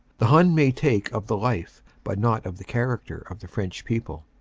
the hun may take of the life but not of the character of the french people.